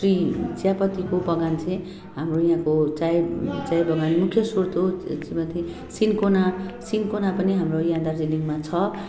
T चियापत्तीको बगान चाहिँ हाम्रो यहाँको चाय चाय बगान मुख्य स्रोत हो ती माथि सिनकोना सिनकोना पनि हाम्रो यहाँ दार्जिलिङमा छ